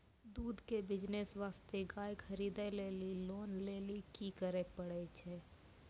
दूध के बिज़नेस वास्ते गाय खरीदे लेली लोन लेली की करे पड़ै छै?